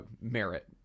merit